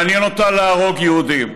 מעניין אותם להרוג יהודים.